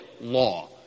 law